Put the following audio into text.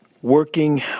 working